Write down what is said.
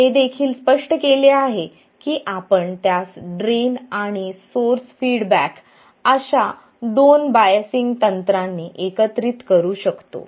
आणि आपण हे देखील स्पष्ट केले आहे की आपण त्यास ड्रेन आणि सोर्स फीडबॅक अशा दोन बायसिंग तंत्राने एकत्रित करू शकतो